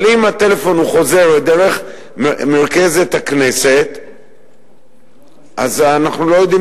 אבל אם הטלפון חוזר דרך מרכזת הכנסת אנחנו לא יודעים